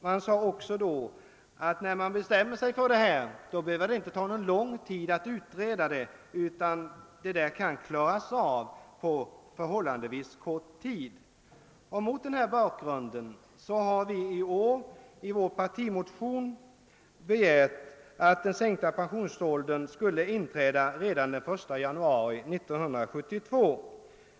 Man sade också att när man bestämmer sig för en sänkt pensionsålder behöver det inte ta lång tid att utreda frågan; det kan klaras av på förhållandevis kort tid. Mot denna bakgrund har vi i vår partimotion i år begärt att den sänkta pensionsåldern skall inträda redan den 1 januari 1972.